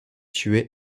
tué